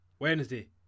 Wednesday